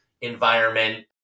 environment